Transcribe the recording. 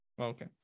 okay